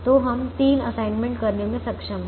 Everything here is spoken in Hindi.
तो हम तीन असाइनमेंट्स करने में सक्षम हैं